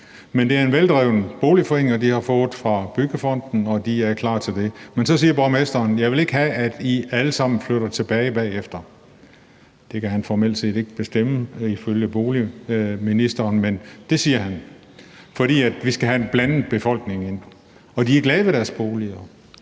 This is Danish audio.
Men det er en veldreven boligforening, og de har fået fra byggefonden, og de er klar til det. Men så siger borgmesteren: Jeg vil ikke have, at I alle sammen flytter tilbage bagefter – det kan han formelt set ikke bestemme ifølge boligministeren, men det siger han – for vi skal have en blandet befolkning ind. Og de er glade ved deres boliger.